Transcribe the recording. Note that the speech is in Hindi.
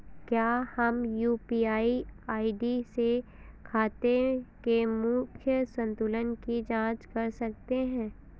क्या हम यू.पी.आई आई.डी से खाते के मूख्य संतुलन की जाँच कर सकते हैं?